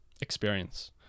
experience